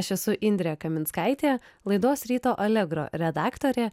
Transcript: aš esu indrė kaminskaitė laidos ryto alegro redaktorė